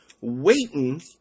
waiting